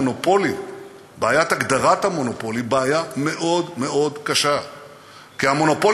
במערב אין דבר כזה היום.